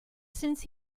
since